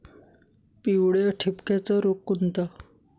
पिवळ्या ठिपक्याचा रोग कोणता?